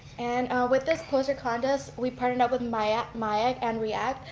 and with this poster contest we partnered with myac myac and react,